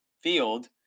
field